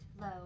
low